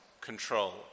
control